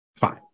Fine